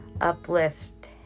uplift